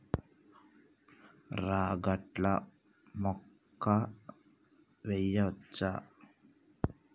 రాగట్ల మక్కా వెయ్యచ్చా?